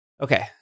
Okay